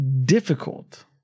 difficult